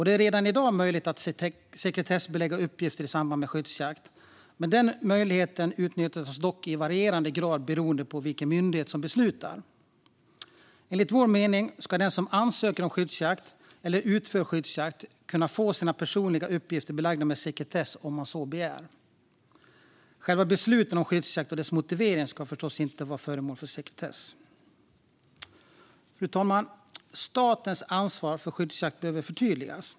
Det är redan i dag möjligt att sekretessbelägga uppgifter i samband med skyddsjakt. Denna möjlighet utnyttjas dock i varierande grad beroende på vilken myndighet som beslutar. Enligt vår mening ska den som ansöker om skyddsjakt eller utför skyddsjakt kunna få sina personliga uppgifter belagda med sekretess om man så begär. Själva besluten om skyddsjakt och motiveringarna ska förstås inte vara föremål för sekretess. Fru talman! Statens ansvar för skyddsjakt behöver förtydligas.